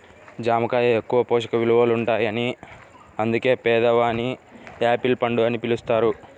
జామ కాయ ఎక్కువ పోషక విలువలుంటాయని అందుకే పేదవాని యాపిల్ పండు అని పిలుస్తారు